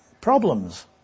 problems